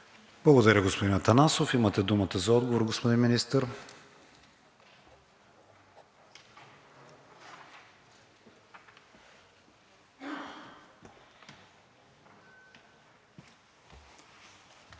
Благодаря, господин Атанасов. Имате думата за отговор, господин Министър.